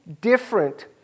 different